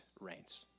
reigns